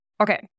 Okay